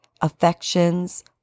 affections